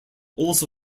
also